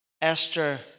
Esther